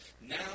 Now